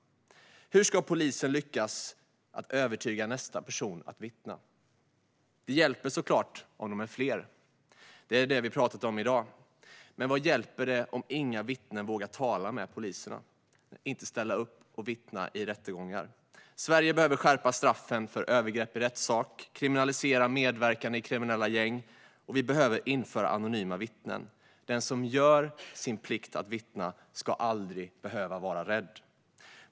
Hur ska polisen lyckas att övertyga nästa person att vittna? Det hjälper såklart om de är fler, som vi har talat om här i dag. Men vad hjälper det om inga vittnen vågar tala med poliserna och ställa upp och vittna i rättegångar? Sverige behöver skärpa straffen för övergrepp i rättssak och kriminalisera medverkan i kriminella gäng, och vi behöver införa anonyma vittnen. Den som gör sin plikt att vittna ska aldrig behöva vara rädd.